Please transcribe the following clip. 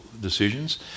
decisions